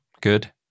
Good